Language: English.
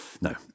No